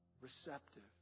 receptive